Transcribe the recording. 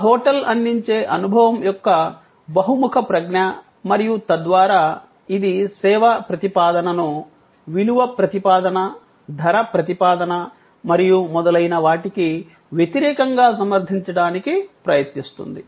ఆ హోటల్ అందించే అనుభవం యొక్క బహుముఖ ప్రజ్ఞ మరియు తద్వారా ఇది సేవ ప్రతిపాదనను విలువ ప్రతిపాదన ధర ప్రతిపాదన మరియు మొదలైన వాటికి వ్యతిరేకంగా సమర్థించటానికి ప్రయత్నిస్తుంది